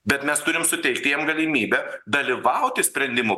bet mes turim suteikti jiem galimybę dalyvauti sprendimų